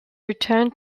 returned